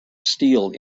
steele